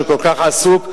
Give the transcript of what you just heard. שכל כך עסוק,